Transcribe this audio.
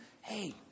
hey